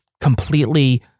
completely